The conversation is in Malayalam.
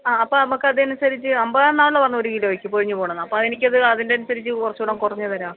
ആ അപ്പം നമുക്ക് അതനുസരിച്ച് അമ്പത് എന്നാണല്ലോ പറഞ്ഞത് ഒരു കിലോയ്ക്ക് പൊഴിഞ്ഞ് പോണത് അപ്പം അത് എനിക്കത് അതിൻ്റെ അനുസരിച്ച് കുറച്ചുകൂടെയും കുറഞ്ഞ് തരാ